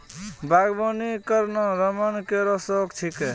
बागबानी करना रमन केरो शौक छिकै